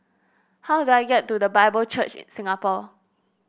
how do I get to The Bible Church in Singapore